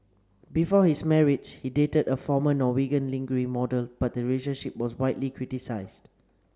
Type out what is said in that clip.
before his marriage he dated a former Norwegian lingerie model but the relationship was widely criticised